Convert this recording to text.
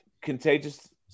Contagious